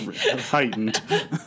heightened